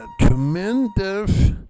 tremendous